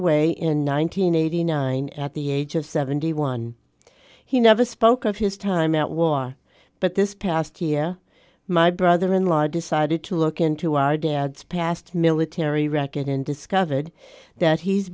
hundred eighty nine at the age of seventy one he never spoke of his time at wa but this past year my brother in law decided to look into dad's past military racket and discovered that he's